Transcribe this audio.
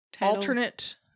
alternate